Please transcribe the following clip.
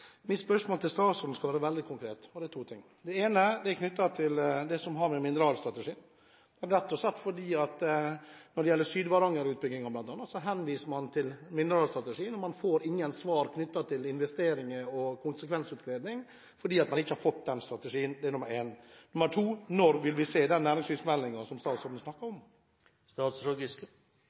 Mitt spørsmål til statsråden skal være veldig konkret – bare to ting: Det ene er knyttet til mineralstrategien, for når det gjelder Sydvaranger-utbyggingen bl.a., henviser man til mineralstrategien, og man får ingen svar knyttet til investeringer og konsekvensutredning, fordi man ikke har fått den strategien. Det er nr. 1. Nr. 2: Når vil vi få se den næringslivsmeldingen som statsråden